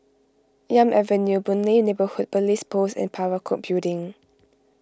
Elm Avenue Boon Lay Neighbourhood Police Post and Parakou Building